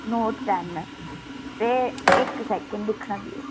note टैन्न ते इक सैकेंड दिक्खना देओ